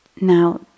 Now